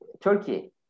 Turkey